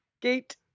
gate